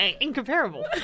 incomparable